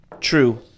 true